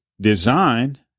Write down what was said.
designed